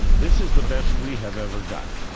this is the best we have ever done,